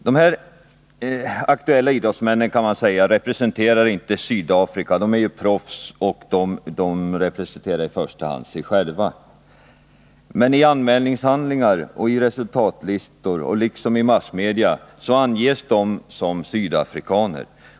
De här aktuella idrottsmännen kan inte sägas representera Sydafrika, för de är ju proffs och representerar i första hand sig själva. Men i anmälningshandlingar, i resultatlistor och i massmedia anges de vara sydafrikaner.